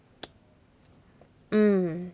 mm